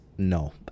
no